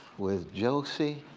with josie,